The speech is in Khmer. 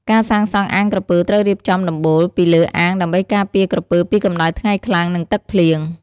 ការសាងសងអាងក្រពើត្រូវរៀបចំ ដំបូល ពីលើអាងដើម្បីការពារក្រពើពីកម្ដៅថ្ងៃខ្លាំង និងទឹកភ្លៀង។